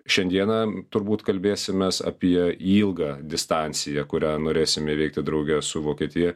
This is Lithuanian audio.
šiandieną turbūt kalbėsimės apie ilgą distanciją kurią norėsim įveikti drauge su vokietija